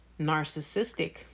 narcissistic